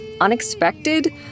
unexpected